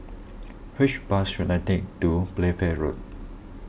which bus should I take to Playfair Road